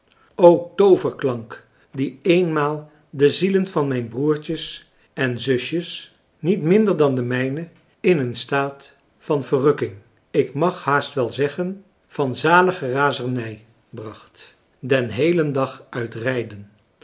tooverklank die eenmaal de zielen van mijn broertjes en zusjes niet minder dan de mijne in een staat van verrukking ik mag haast wel zeggen van zalige razernij bracht den heelen dag uit rijden